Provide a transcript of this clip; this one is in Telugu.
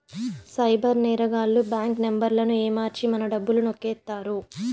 సైబర్ నేరగాళ్లు బ్యాంక్ నెంబర్లను ఏమర్చి మన డబ్బులు నొక్కేత్తారు